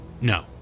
No